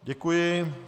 Děkuji.